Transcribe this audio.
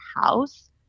house